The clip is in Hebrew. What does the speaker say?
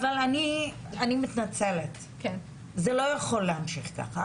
אני מתנצלת, זה לא יכול להמשיך כך.